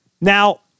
Now